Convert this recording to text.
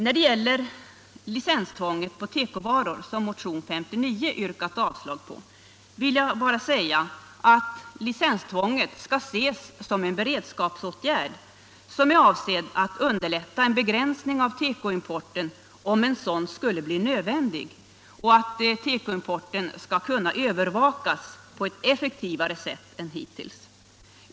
När det gäller licenstvånget på tekovaror, som motionen 59 yrkat avslag på, vill jag bara säga att detta licenstvång skall ses som en beredskapsåtgärd som är avsedd att underlätta en begränsning av tekoimporten om en sådan skulle bli nödvändig, och att tekoimporten skall kunna övervakas på ett effektivare sätt än hittills.